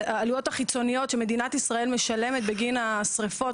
העלויות החיצוניות שמדינת ישראל משלמת בגין השריפות.